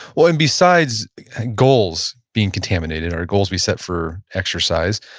well, and besides goals being contaminated, our goals we set for exercise,